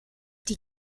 die